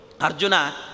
Arjuna